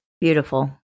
Beautiful